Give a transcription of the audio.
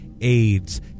AIDS